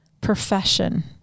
profession